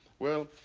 well,